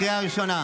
קריאה ראשונה.